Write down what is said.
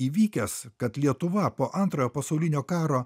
įvykęs kad lietuva po antrojo pasaulinio karo